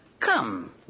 Come